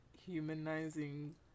humanizing